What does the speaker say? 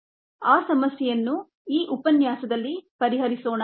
ಆ ಸಮಸ್ಯೆಯನ್ನುಈ ಉಪನ್ಯಾಸದಲ್ಲಿ ಪರಿಹರಿಸೋಣ